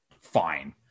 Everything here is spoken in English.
fine